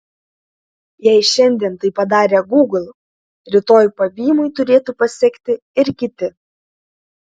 jei šiandien tai padarė gūgl rytoj pavymui turėtų pasekti ir kiti